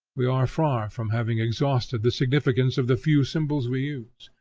we are far from having exhausted the significance of the few symbols we use.